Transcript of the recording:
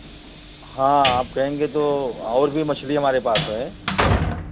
हाँ हाँ आप कहेंगे तो और भी मछली हमारे पास हैं